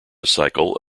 cycle